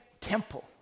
temple